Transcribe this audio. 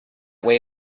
way